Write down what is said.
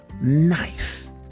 nice